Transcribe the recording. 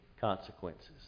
consequences